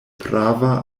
prava